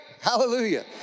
Hallelujah